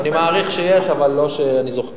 אני מעריך שיש אבל לא שאני זוכר.